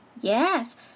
Yes